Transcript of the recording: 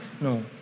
No